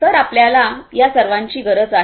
तर आपल्याला या सर्वांची गरज आहे